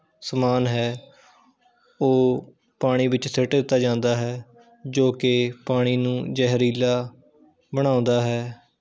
ਸਮਾਨ ਹੈ ਓਹ ਪਾਣੀ ਵਿੱਚ ਸਿੱਟ ਦਿੱਤਾ ਜਾਂਦਾ ਹੈ ਜੋ ਕਿ ਪਾਣੀ ਨੂੰ ਜ਼ਹਿਰੀਲਾ ਬਣਾਉਂਦਾ ਹੈ